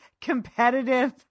competitive